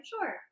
Sure